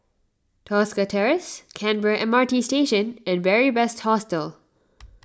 Tosca Terrace Canberra M R T Station and Beary Best Hostel